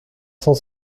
cent